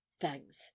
thanks